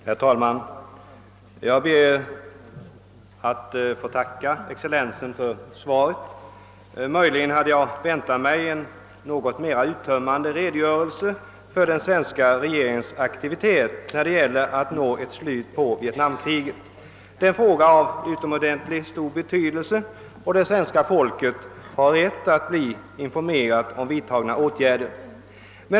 Herr talman! Jag ber att få tacka hans excellens utrikesministern för svaret. Möjligen hade jag väntat mig en något mer uttömmande redogörelse för den svenska regeringens aktivitet när det gäller att nå ett slut på vietnamkriget. Det är en fråga av utomordentligt stor betydelse, och det svenska folket har rätt att bli informerat om vidtagna åtgärder.